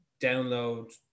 download